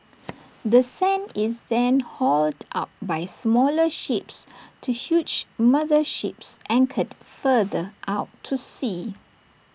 the sand is then hauled up by smaller ships to huge mother ships anchored further out to sea